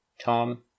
Tom